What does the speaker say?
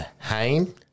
Hain